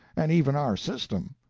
and even our system.